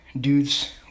dudes